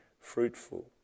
fruitful